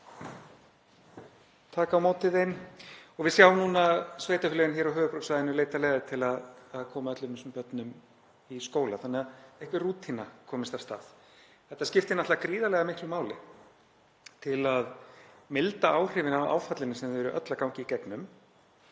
taka á móti þeim og við sjáum núna sveitarfélögin á höfuðborgarsvæðinu leita leiða til að koma öllum þessum börnum í skóla þannig að einhver rútína komist af stað. Þetta skiptir gríðarlega miklu máli til að milda áhrifin af áfallinu sem þau eru öll að ganga í gegnum